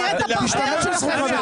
תראה את הברברת שלכם.